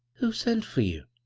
who sent for you?